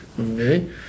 okay